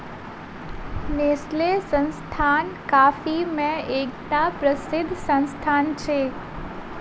Nestle संस्थान coffee के एकटा प्रसिद्ध संस्थान अछि